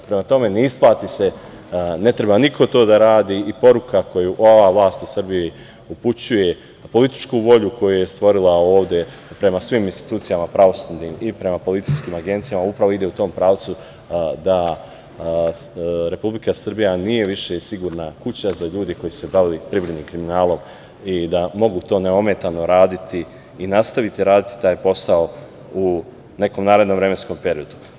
Prema tome, ne isplati se, ne treba niko to da radi i poruka koju ova vlast u Srbiji upućuje političku volju koju je stvorila ovde prema svim institucijama pravosudnim i prema policijskim agencijama upravo ide u tom pravcu da Republika Srbija nije više sigurna kuća za ljude koji su se bavili privrednim kriminalom i da mogu to neometano raditi i nastaviti raditi taj posao u nekom narednom vremenskom periodu.